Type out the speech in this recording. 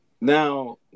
now